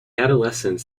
adolescents